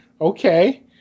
Okay